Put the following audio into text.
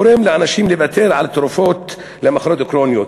גורם לאנשים לוותר על תרופות למחלות כרוניות.